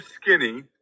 skinny